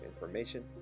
information